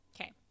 okay